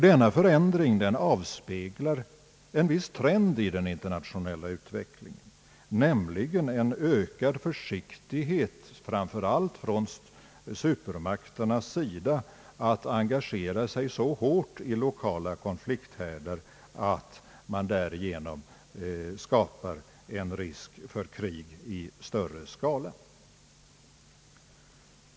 Denna förändring avspeglar också en viss trend i den internationella utvecklingen, nämligen en ökad försiktighet framför allt från supermakternas sida. De undviker att engagera sig så hårt i lokala konflikthärdar att de därigenom skapar en risk för krig i större skala.